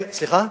סליחה?